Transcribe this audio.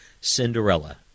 Cinderella